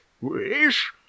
Wish